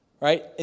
Right